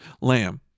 lamb